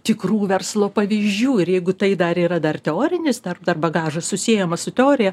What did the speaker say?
tikrų verslo pavyzdžių ir jeigu tai dar yra dar teorinis dar dar bagažas susiejamas su teorija